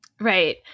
Right